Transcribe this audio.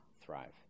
thrive